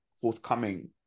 forthcoming